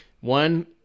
One